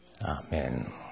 amen